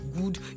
good